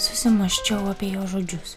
susimąsčiau apie jo žodžius